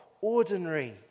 ordinary